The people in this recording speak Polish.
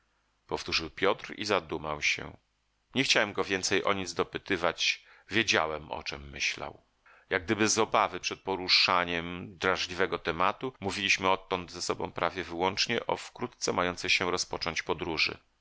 powtórzył piotr i zadumał się nie chciałem go więcej o nic dopytywać wiedziałem o czem myślał jak gdyby z obawy przed poruszaniem drażliwego tematu mówiliśmy odtąd ze sobą prawie wyłącznie o wkrótce mającej się rozpocząć podróży